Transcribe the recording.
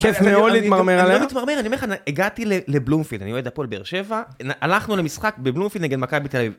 אני לא מתמרמר, הגעתי לבלוםפילד, אני יועד אפולבר שבע, הלכנו למשחק בבלוםפילד נגד מקבי תריב.